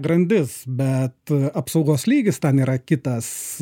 grandis bet apsaugos lygis ten yra kitas